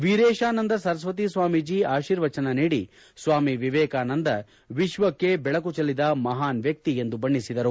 ವೀರೇಶಾನಂದ ಸರಸ್ವತಿ ಸ್ವಾಮೀಜಿ ಆರ್ಶೀವಚನ ನೀಡಿ ಸ್ವಾಮಿ ವಿವೇಕಾನಂದ ವಿಶ್ವಕ್ಷೆ ದೆಳಕು ಜೆಲ್ಲಿದ ಮಹಾನ್ ವ್ಯಕ್ತಿ ಎಂದು ಬಣ್ಣಿಸಿದರು